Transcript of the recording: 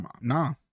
nah